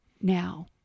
Now